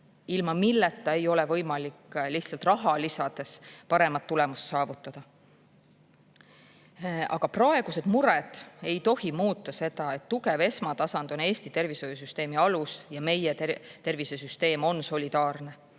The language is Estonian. ilma milleta ei ole võimalik lihtsalt raha lisades paremat tulemust saavutada. Aga praegused mured ei tohi muuta seda, et tugev esmatasand on Eesti tervishoiusüsteemi alus. Ja meie tervisesüsteem on solidaarne.